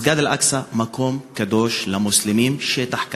מסגד אל-אקצא הוא מקום קדוש למוסלמים, שטח כבוש,